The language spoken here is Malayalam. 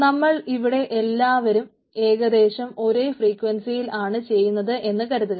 നമ്മൾ ഇവിടെ എല്ലാവരും ഏകദേശം ഒരേ ഫ്രീക്വൻസിയിൽ ആണ് ചെയ്യുന്നത് എന്ന് കരുതുന്നു